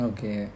Okay